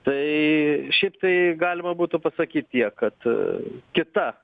tai šiaip tai galima būtų pasakyt tiek kad kita